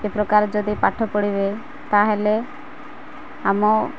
ଏ ପ୍ରକାର ଯଦି ପାଠ ପଢ଼ିବେ ତା'ହେଲେ ଆମ